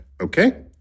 Okay